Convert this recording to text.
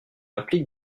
implique